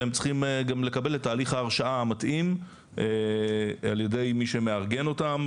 והם צריכים גם לקבל את תהליך ההרשאה המתאים על ידי מי שמארגן אותם,